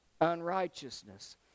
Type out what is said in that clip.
unrighteousness